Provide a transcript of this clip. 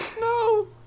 No